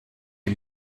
die